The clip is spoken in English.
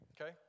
Okay